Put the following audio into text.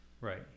Right